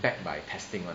backed by testing [one]